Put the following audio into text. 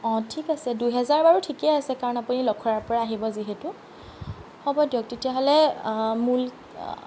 অঁ ঠিক আছে দুহেজাৰ বাৰু ঠিকেই আছে কাৰণ আপুনি লখৰাৰ পৰা আহিব যিহেতু হ'ব দিয়ক তেতিয়া হ'লে মূল